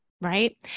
right